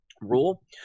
rule